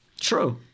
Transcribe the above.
True